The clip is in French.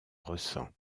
ressent